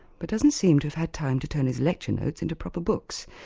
but doesn't seem to have had time to turn his lecture notes into proper books,